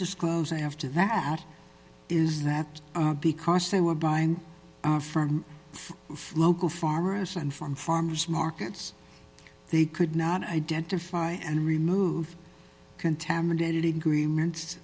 disclose after that is that because they were buying firm local farmers and from farmers markets they could not identify and remove contaminated agreements